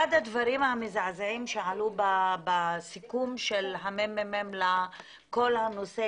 אחד הדברים המזעזעים שעלו בסיכום של הממ"מ לכול הנושא